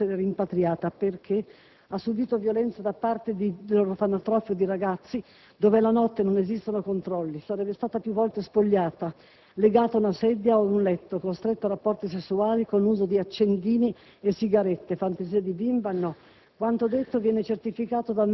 il suicidio per il terrore di essere rimpatriata, perché ha subìto violenze da parte di ragazzi dell'orfanotrofio, dove, la notte, non esistono controlli. Sarebbe stata più volte spogliata, legata a una sedia o a un letto, costretta a rapporti sessuali con uso di accendini e sigarette. Fantasie di bimba?